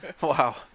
Wow